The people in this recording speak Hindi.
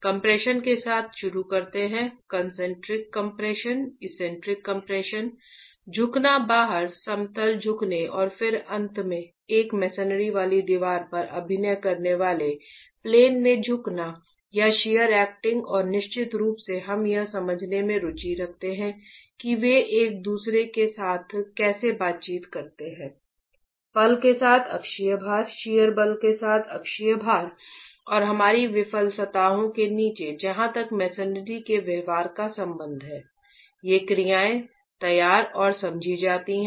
कम्प्रेशन के साथ शुरू करते हैं कौनसेंट्रिक कम्प्रेशन इसेंट्रिक कम्प्रेशन झुकना बाहर समतल झुकने और फिर अंत में एक मेसेनरी वाली दीवार पर अभिनय करने वाले प्लेन में झुकने या शियर एक्टिंग और निश्चित रूप से हम यह समझने में रुचि रखते हैं कि वे एक दूसरे के साथ कैसे बातचीत करते हैं पल के साथ अक्षीय भार शियर बल के साथ अक्षीय बल और हमारी विफल सतहों के नीचे जहां तक मेसेनरी के व्यवहार का संबंध है ये क्रिया तैयार और समझी जाती हैं